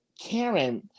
Karen